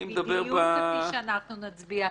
בדיוק כפי שאנחנו נצביע.